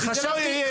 זה לא יהיה.